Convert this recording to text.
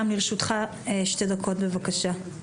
גם לרשותך שתי דקות, בבקשה.